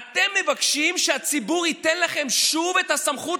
אתם מבקשים שהציבור ייתן לכם שוב את הסמכות,